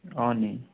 नि